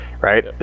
right